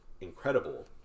incredible